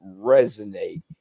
resonate